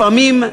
לפעמים,